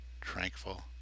tranquil